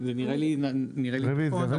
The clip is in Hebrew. נראה לי נכון, אבל